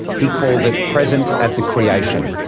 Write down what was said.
he called it present at the creation.